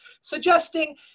suggesting